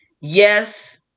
Yes